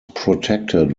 protected